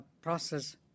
process